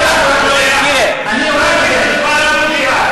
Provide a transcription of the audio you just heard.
הם מפריעים לי.